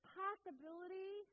possibility